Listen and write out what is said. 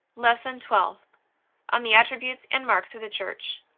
lesson twelfth on the attributes and marks of the church